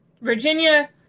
Virginia